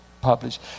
published